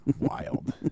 Wild